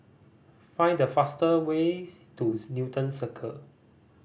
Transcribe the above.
find the fast way to Newton Circus